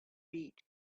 beat